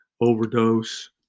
overdose